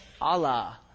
Allah